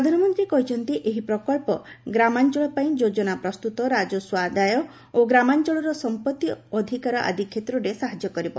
ପ୍ରଧାନମନ୍ତ୍ରୀ କହିଛନ୍ତି ଏହି ପ୍ରକଳ୍ପ ଗ୍ରାମାଞ୍ଚଳପାଇଁ ଯୋଜନା ପ୍ରସ୍ତୁତ ରାଜସ୍ୱ ଆଦାୟ ଓ ଗ୍ରାମାଞ୍ଚଳର ସମ୍ପତ୍ତି ଅଧିକାର ଆଦି କ୍ଷେତ୍ରରେ ସାହାଯ୍ୟ କରିବ